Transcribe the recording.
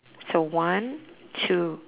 so one two